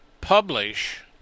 publish